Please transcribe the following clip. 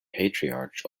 patriarch